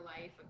life